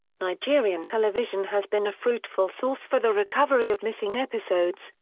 nigerian television has been a fruitful source for the recovery of missing episodes,